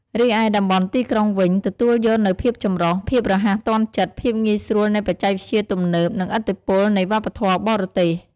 រីឯតំបន់ទីក្រុងវិញ ទទួលយកនូវភាពចម្រុះ ភាពរហ័សទាន់ចិត្ត ភាពងាយស្រួលនៃបច្ចេកវិទ្យាទំនើប និងឥទ្ធិពលនៃវប្បធម៌បរទេស។